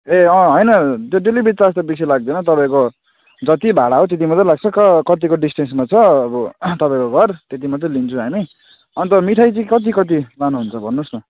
ए अँ होइन delivery charge त बेसी लाग्दैन तपाईँको जति भाडा हो त्यतिमात्र लाग्छ क कतिको डिस्टेन्समा छ अब तपाईँको घर त्यतिमात्र लिन्छौँ हामी अन्त मिठाई चाहिँ कति कति लानुहुन्छ भन्नुहोस् न